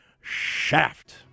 Shaft